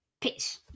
Peace